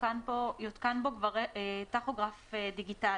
יותקן בו כבר טכוגרף דיגיטלי.